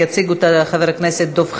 יציג אותה חבר הכנסת דב חנין.